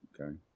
Okay